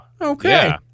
Okay